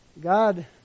God